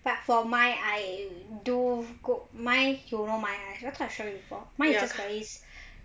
but for mine I do go~ mine you know mine do I have show you before mine is just very